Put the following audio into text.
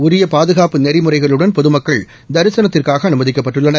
உரிய பாதுகாப்பு நெறிமுறைகளுடன் பொதுமக்கள் தரிசனத்துக்காக அனுதிக்கப்பட்டுள்ளனர்